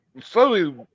slowly